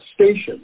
station